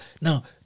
Now